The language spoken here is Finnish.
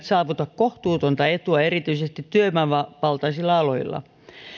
saavuta kohtuutonta etua erityisesti työvoimavaltaisilla aloilla